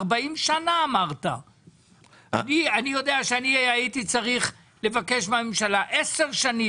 אני יודע שאני הייתי צריך לבקש מהממשלה עשר שנים,